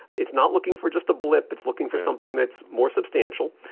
it's not looking for just a blip, it's looking for something that's more substantial,